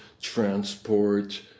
transport